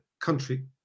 country